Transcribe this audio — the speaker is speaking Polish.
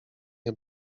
nie